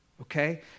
Okay